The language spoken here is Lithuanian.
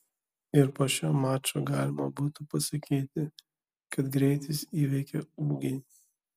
ir po šio mačo galima būtų pasakyti kad greitis įveikė ūgį